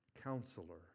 Counselor